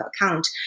account